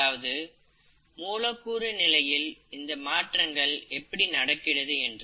அதாவது மூலக்கூறு நிலையில் இந்த மாற்றங்கள் எப்படி நடக்கிறது என்று